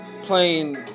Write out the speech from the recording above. playing